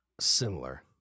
Similar